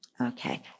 Okay